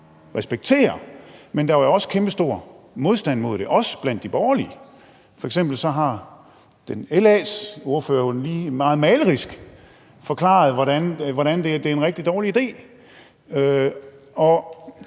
Men der var jo også kæmpe stor modstand mod det, også blandt de borgerlige. F.eks. har LA's ordfører jo lige meget malerisk forklaret, hvorfor det er en rigtig dårlig idé.